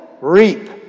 reap